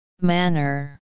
Manner